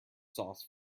sauce